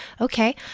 Okay